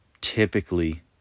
typically